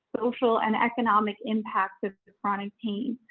social, and economic impacts of the chronic pain.